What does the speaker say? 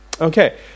Okay